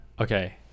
Okay